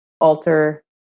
alter